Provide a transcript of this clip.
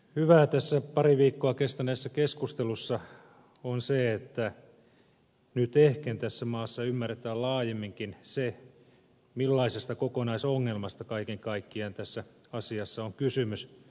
hyvää tässä pari viikkoa kestäneessä keskustelussa on se että nyt ehken tässä maassa ymmärretään laajemminkin se millaisesta kokonaisongelmasta kaiken kaikkiaan tässä asiassa on kysymys